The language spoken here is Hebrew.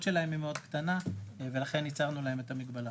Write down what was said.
שלהם היא מאוד קטנה ולכן ייצרנו להם את המגבלה.